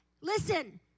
listen